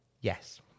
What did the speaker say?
Yes